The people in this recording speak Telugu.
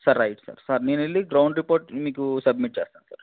సార్ రైట్ సార్ సార్ నేను వెళ్ళి గ్రౌండ్ రిపోర్ట్ మీకు సబ్మిట్ చేస్తాను సార్